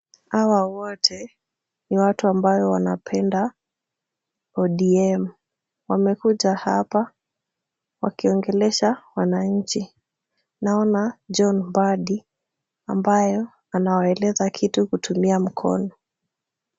Hawa wote ni watu ambao wanapenda, ODM. Wamekuja hapa, wakiongelesha wananchi. Naona John Mbadi ambayo anawaeleza kitu kutumia mkono.